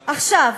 עכשיו,